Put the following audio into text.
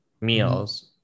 meals